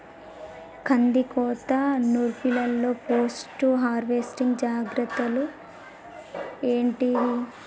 కందికోత నుర్పిల్లలో post harvesting జాగ్రత్తలు ఏంటివి?